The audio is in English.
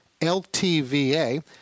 LTVA